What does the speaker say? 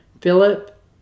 Philip